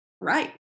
right